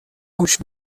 گوش